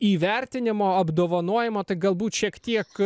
įvertinimo apdovanojimo tai galbūt šiek tiek